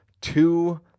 two